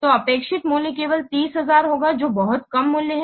तो अपेक्षित मूल्य केवल 30000 होगा जो बहुत कम मूल्य है